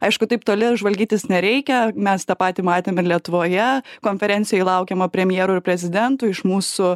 aišku taip toli žvalgytis nereikia mes tą patį matėm ir lietuvoje konferencijoj laukiama premjerų ir prezidentų iš mūsų